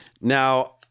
Now